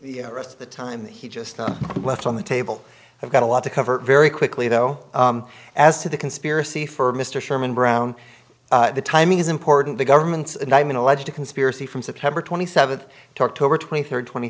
the rest of the time that he just left on the table i've got a lot to cover very quickly though as to the conspiracy for mr sherman brown the timing is important the government and i mean alleged conspiracy from september twenty seventh talked over twenty third twenty